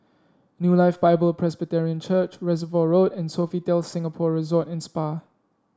New Life Bible Presbyterian Church Reservoir Road and Sofitel Singapore Resort and Spa